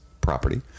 property